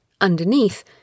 underneath